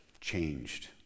changed